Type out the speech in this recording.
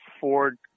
Ford